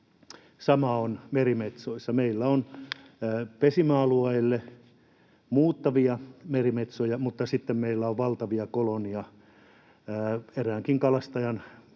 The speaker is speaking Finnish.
Sama on merimetsoissa. Meillä on pesimäalueille muuttavia merimetsoja, mutta sitten meillä on valtavia kolonioita. Eräänkin kalastajan